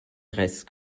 rest